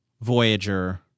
Voyager